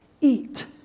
eat